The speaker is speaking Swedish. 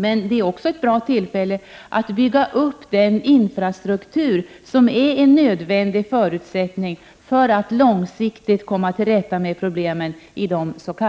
Men det är också ett bra tillfälle att bygga upp den infrastruktur som är en nödvändig förutsättning för att långsiktigt komma till rätta med problemen i de s.k.